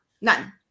None